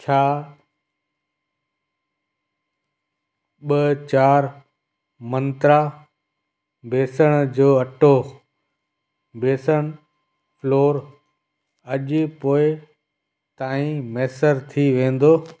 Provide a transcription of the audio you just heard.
छा ॿ चारि मंत्रा बेसण जो अटो बेसण फ्लोर अॼु पोएं ताईं मुयसरु थी वेंदो